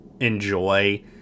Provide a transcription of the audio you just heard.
enjoy